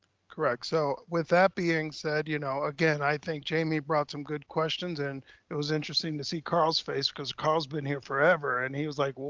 correct so with that being said, you know, again, i think jamie brought some good questions and it was interesting to see carl's face, cause carl's been here forever. and he was like, well,